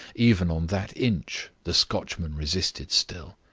even on that inch the scotchman resisted still.